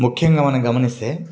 ముఖ్యంగా మనం గమనిస్తే